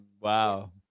wow